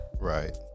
Right